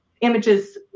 images